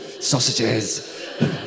sausages